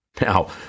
Now